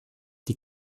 die